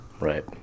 Right